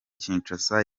kinshasa